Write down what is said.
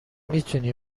میتونی